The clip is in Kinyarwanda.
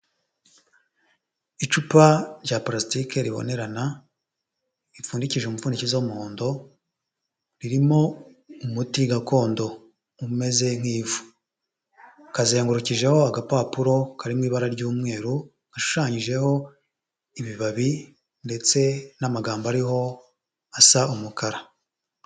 Icupa rya palasitike ribonerana, ripfundikishije umupfundikizo w'umuhondo, ririmo umuti gakondo umeze nk'ivu, kazengurukijeho agapapuro kari mu ibara ry'umweru, hashushanyijeho ibibabi ndetse n'amagambo ariho asa umukara.